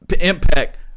impact